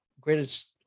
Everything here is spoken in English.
greatest